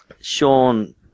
Sean